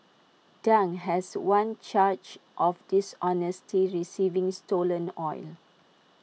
Dang has one charge of dishonesty receiving stolen oil